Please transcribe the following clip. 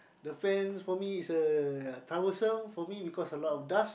the fan for me is uh troublesome for me because a lot of dust